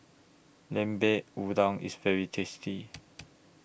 Lemper Udang IS very tasty